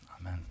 Amen